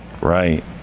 Right